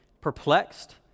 perplexed